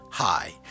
Hi